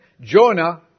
Jonah